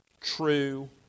true